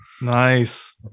Nice